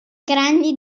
grandi